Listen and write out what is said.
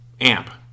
AMP